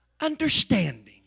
understanding